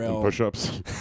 push-ups